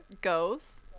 goes